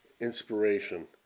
inspiration